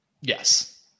Yes